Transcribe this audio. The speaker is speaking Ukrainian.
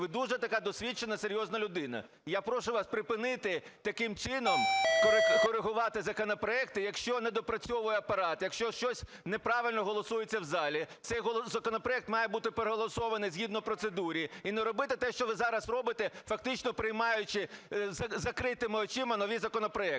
ви дуже така досвідчена, серйозна людина. І я прошу вас припинити таким чином корегувати законопроекти, якщо недопрацьовує Апарат, якщо щось неправильно голосується в залі. Цей законопроект має бути переголосований згідно процедури. І не робити те, що ви зараз робите, фактично приймаючи із закритими очима нові законопроекти.